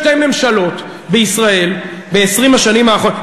שתי ממשלות בישראל ב-20 השנים האחרונות,